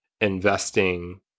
investing